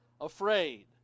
afraid